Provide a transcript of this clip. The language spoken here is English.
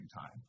time